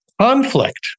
conflict